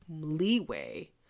leeway